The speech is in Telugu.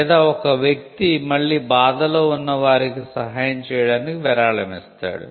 లేదా ఒక వ్యక్తి మళ్ళీ బాధలో ఉన్నవారికి సహాయం చేయడానికి విరాళం ఇస్తాడు